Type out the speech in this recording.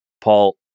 Paul